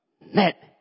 net